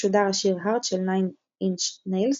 שודר השיר "Hurt" של "Nine Inch Nails",